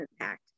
impact